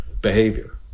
behavior